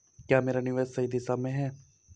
क्या मेरा निवेश सही दिशा में है?